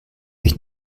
ich